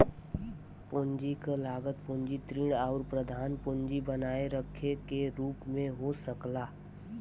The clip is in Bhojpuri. पूंजी क लागत पूंजी ऋण आउर प्रधान पूंजी बनाए रखे के रूप में हो सकला